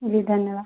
जी धन्यवाद